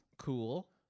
Cool